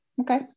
okay